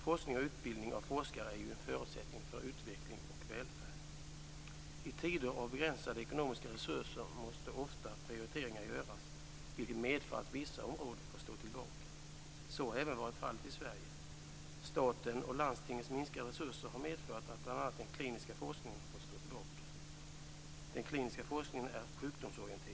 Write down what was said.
Forskning och utbildning av forskare är en förutsättning för utveckling och välfärd. I tider av begränsade ekonomiska resurser måste prioriteringar ofta göras, vilket medför att vissa områden får stå tillbaka. Så har även varit fallet i Sverige. Statens och landstingens minskade resurser har medfört att bl.a. den kliniska forskningen har fått stå tillbaka. Den kliniska forskningen är sjukdomsorienterad.